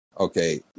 Okay